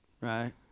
Right